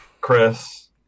Chris